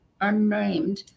unnamed